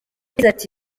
yagize